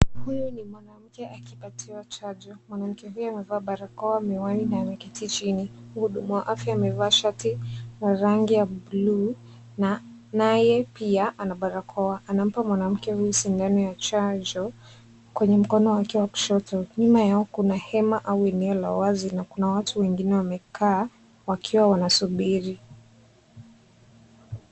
Huyu ni mwanamke akipatiwa chanjo . Mwanamke huyu amevaa barakoa , miwani na ameketi chini . Mhudumu wa afya amevaa shati ya rangi ya blu na naye pia ana barakoa . Anampa mwanamke huyu sindano ya chanjo kwenye mkono wake wa kushoto . Nyuma yake kuna hema au eneo la wazi na kuna watu wengine wamekaa wakiwa wanasubiri .